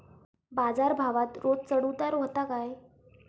बाजार भावात रोज चढउतार व्हता काय?